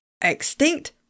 extinct